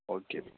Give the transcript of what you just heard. okay